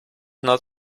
not